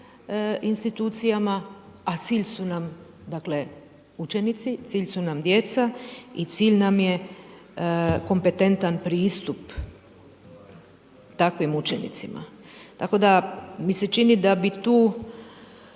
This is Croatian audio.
institucijama, a cilj su nam, dakle, učenici, cilj su nam djeca i cilj nam je kompetentan pristup takvim učenicima. Tako da mi se čini da bi tu,